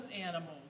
animals